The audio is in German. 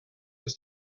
ist